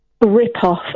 rip-off